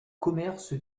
commerce